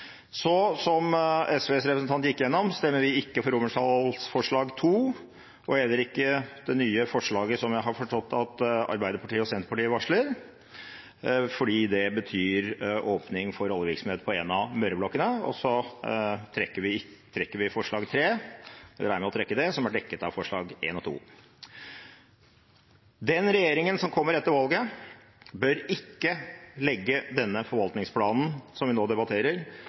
Som SVs representant gikk gjennom, stemmer vi ikke for forslag til vedtak II og heller ikke for det nye forslaget som jeg har forstått at Arbeiderpartiet og Senterpartiet varsler, fordi det betyr åpning for oljevirksomhet på en av Møreblokkene. Så trekker vi forslag nr. 3, som er dekket av forslagene nr. 1 og 2 – vi regner med å trekke det. Den regjeringen som kommer etter valget, bør ikke legge denne forvaltningsplanen som vi nå debatterer,